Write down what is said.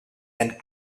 and